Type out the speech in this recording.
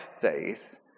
faith